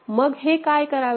मग हे काय करावे